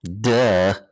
Duh